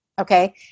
Okay